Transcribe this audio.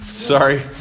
Sorry